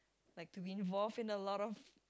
like to be involved in a lot of